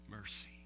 mercy